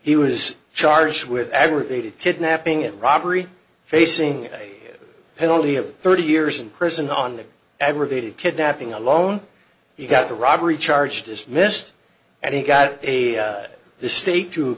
he was charged with aggravated kidnapping and robbery facing a penalty of thirty years in prison on the aggravated kidnapping alone he got the robbery charge dismissed and he got a the state to